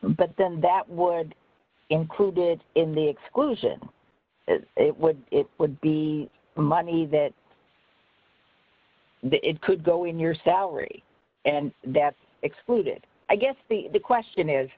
but then that would included in the exclusion it would it would be money that it could go in your salary and that's excluded i guess the question is